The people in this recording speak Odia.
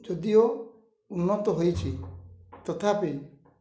ଯଦିଓ ଉନ୍ନତ ହୋଇଛି ତଥାପି